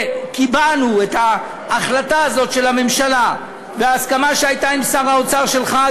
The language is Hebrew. וקיבענו את ההחלטה הזאת של הממשלה וההסכמה שהייתה עם שר האוצר שלך,